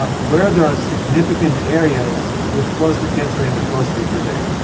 ah where there are significant areas with prostate cancer in the prostate today.